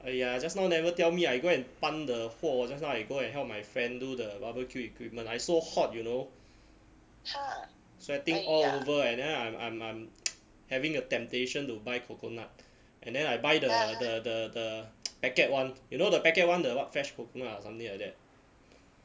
!aiya! just now never tell me I go and 搬 the 货 just now I go and help my friend do the barbecue equipment I so hot you know sweating all over and then I'm I'm I'm having a temptation to buy coconut and then I buy the the the the packet [one] you know the packet [one] the what fresh coconut or something like that